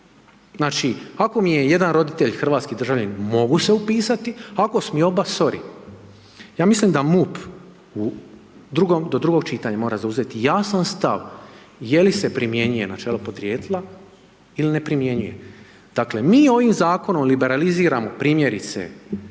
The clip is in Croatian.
Znači ako mi je jedan roditelj hrvatski državljanin mogu se upisati a ako su mi oba, sorry. Ja mislim da MUP do drugog čitanja mora zauzeti jasan stav je li se primjenjuje načelo podrijetla ili ne primjenjuje. Dakle mi ovim zakonom liberaliziramo primjerice